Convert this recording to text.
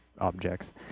objects